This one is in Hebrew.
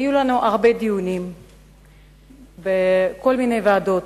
היו לנו הרבה דיונים בכל מיני ועדות,